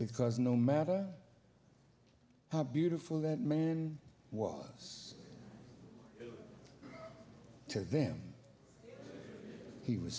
because no matter how beautiful that man was to them he was